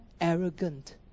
arrogant